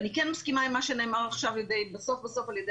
ואני כן מסכימה עם מה שנאמר עכשיו בסוף בסוף על ידי